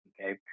okay